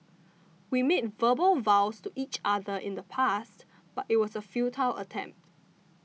we made verbal vows to each other in the past but it was a futile attempt